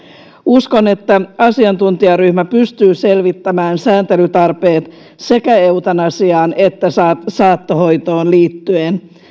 uskon että asiantuntijaryhmä pystyy selvittämään sääntelytarpeet sekä eutanasiaan että saattohoitoon liittyen